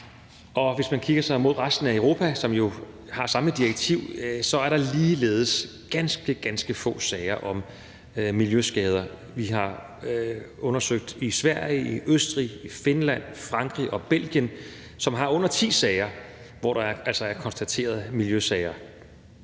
Hvis man kigger mod resten af Europa, som har samme direktiv, er der ligeledes ganske, ganske få sager om miljøskader. Vi har undersøgt det i Sverige, i Østrig, i Finland, Frankrig og Belgien, som har under ti sager, hvor der altså er konstateret miljøsager.